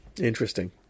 Interesting